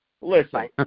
Listen